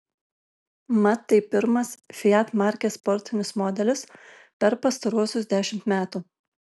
mat tai pirmas fiat markės sportinis modelis per pastaruosius dešimt metų